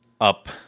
up